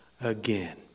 again